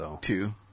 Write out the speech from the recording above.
Two